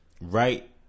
right